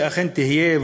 שאכן תהיה,